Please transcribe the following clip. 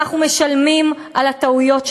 אנחנו משלמים על הטעויות שלנו,